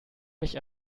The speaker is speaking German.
mich